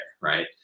right